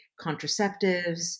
contraceptives